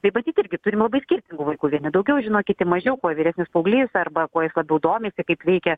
tai vat ir irgi turim labai skirtingų vaikų vieni daugiau žino kiti mažiau kuo vyresnis paauglys arba kuo domisi kaip veikia